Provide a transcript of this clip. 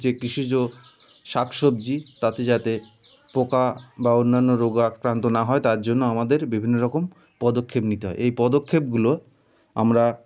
যে কৃষিজ শাক সবজি তাতে যাতে পোকা বা অন্যান্য রোগাক্রান্ত না হয় তার জন্য আমাদের বিভিন্ন রকম পদক্ষেপ নিতে হয় এই পদক্ষেপগুলো আমরা